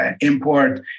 import